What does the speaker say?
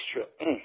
extra